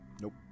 Nope